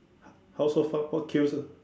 how so far what cues